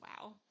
wow